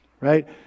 right